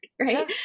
right